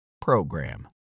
PROGRAM